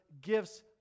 gifts